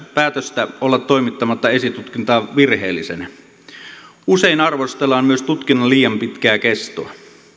päätöstä olla toimittamatta esitutkintaa virheellisenä usein arvostellaan myös tutkinnan liian pitkää kestoa